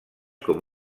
com